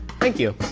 thank you.